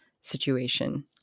situation